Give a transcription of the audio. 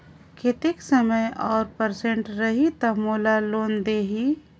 कतेक समय और परसेंट रही तब मोला लोन देही?